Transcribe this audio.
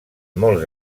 molts